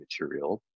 material